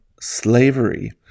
Slavery